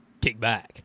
Kickback